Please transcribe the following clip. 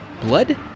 Blood